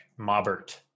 Mobert